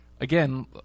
again